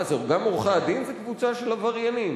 מה זה, גם עורכי-הדין זה קבוצה של עבריינים?